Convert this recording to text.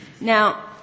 Now